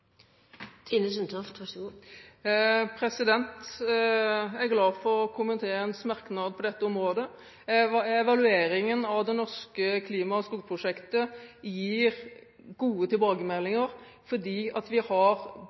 Jeg er glad for komiteens merknad på dette området. Evalueringen av det norske klima- og skogprosjektet gir gode tilbakemeldinger, fordi vi har bra dialog med de landene som vi inngår avtale med. Det at landene selv har